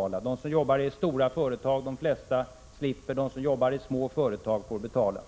De flesta av dem som arbetar i stora företag slipper, medan de som arbetar i små företag får betala.